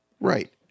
Right